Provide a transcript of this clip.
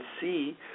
see